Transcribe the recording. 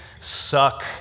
suck